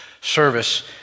service